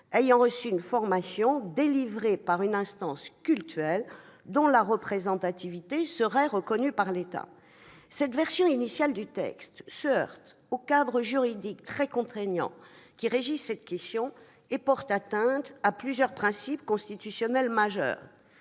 ayant reçu une formation délivrée par une instance cultuelle à la représentativité reconnue par l'État. Mais cette version initiale du texte se heurtait au cadre juridique très contraignant qui régit cette question et porte atteinte à plusieurs principes constitutionnels majeurs